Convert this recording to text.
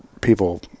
people